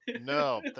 No